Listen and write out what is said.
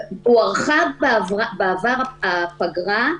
הוארכה בעבר הפגרה.